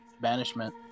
banishment